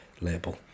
label